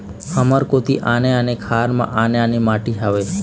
हमर कोती आने आने खार म आने आने माटी हावे?